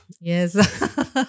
Yes